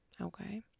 Okay